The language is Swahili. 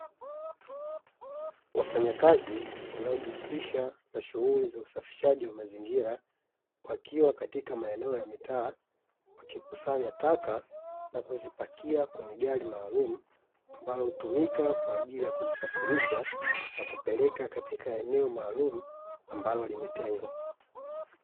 Wafanyakazi wanaojihusisha na shughuli za usafishaji wa mazingira, wakiwa katika maeneo ya mitaa wakikusanya taka na kuzipakia kwenye gari maalumu, ambalo hutumika kwa ajili ya kuzisafirisha na kupeleka katika eneo maalumu ambalo limetengwa.